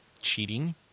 cheating